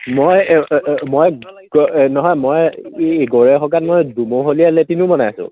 মই মই নহয় মই এই কি গৰখীয়াত মই দুমহলীয়া লেট্ৰিনো বনাইছোঁ